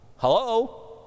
Hello